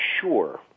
sure